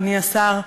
אדוני השר,